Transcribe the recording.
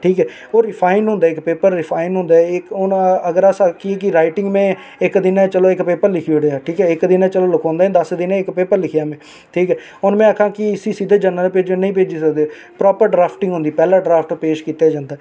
ठीक ऐ होर रिफाइन होंदा इक पेपर रिफाइन होंदा इक हून अगर अस आक्खिये के राईटिंग में इक चलो इक पेपर लिखी ओड़ेआ ठीक ऐ इक दिनें च लखोंदा निं दस दिनें च इक पेपर लिखेआ में ठीक ऐ हून में आक्खां कि इसी सिद्धा जर्नल भेजो नेईं भेजी सकदे प्रापर ड्राफटिंग होंदी ऐ पैह्ला पेज ड्राफ्ट कीता जंदा ऐ